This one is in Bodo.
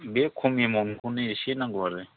बे खम एमाउन्टखौनो एसे नांगौ आरो